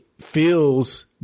feels